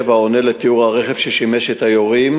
העונה על תיאור הרכב ששימש את היורים,